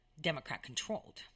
Democrat-controlled